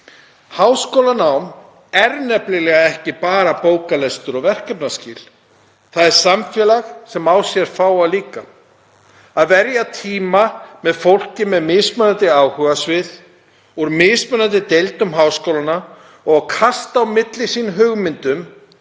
Háskólanám er nefnilega ekki bara bóklestur og verkefnaskil. Það er samfélag sem á sér fáa líka. Að verja tíma með fólki með mismunandi áhugasvið úr mismunandi deildum háskólanna og kasta á milli sín hugmyndum